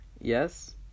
Yes